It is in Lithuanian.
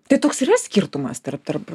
tai toks yra skirtumas tarp tarp